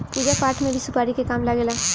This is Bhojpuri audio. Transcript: पूजा पाठ में भी सुपारी के काम लागेला